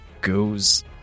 goes